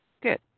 Good